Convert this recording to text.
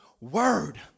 word